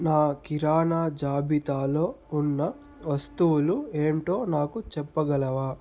నా కిరాణా జాబితాలో ఉన్న వస్తువులు ఏంటో నాకు చెప్పగలవా